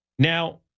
Now